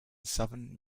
southern